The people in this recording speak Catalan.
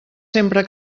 sempre